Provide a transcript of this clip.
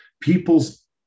people's